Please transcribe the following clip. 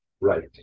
right